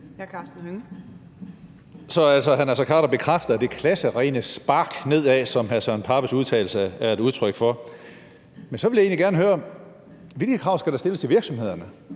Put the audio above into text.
Så hr. Naser Khader bekræfter altså det klasserene spark nedad, som hr. Søren Pape Poulsens udtalelse er et udtryk for. Men så vil jeg egentlig gerne høre: Hvilke krav skal der stilles til virksomhederne?